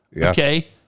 okay